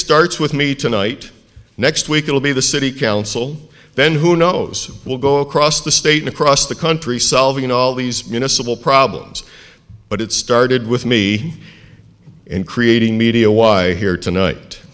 starts with me tonight next week it will be the city council then who knows we'll go across the state across the country solving all these municipal problems but it started with me in creating media why here tonight